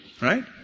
right